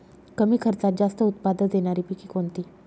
कमी खर्चात जास्त उत्पाद देणारी पिके कोणती?